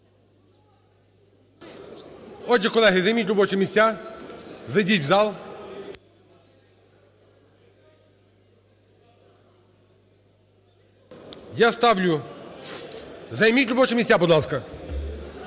Отже, колеги, займіть робочі місця, зайдіть у зал. Я ставлю… Займіть робочі місця, будь ласка.